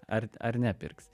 ar ar nepirks